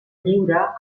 lliure